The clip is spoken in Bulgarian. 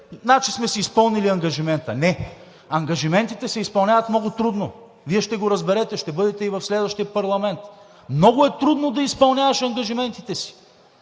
значи сме си изпълнили ангажимента. Не, ангажиментите се изпълняват много трудно. Вие ще го разберете, ще бъдете и в следващия парламент. Много е трудно да изпълняваш ангажиментите си.